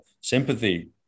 Sympathy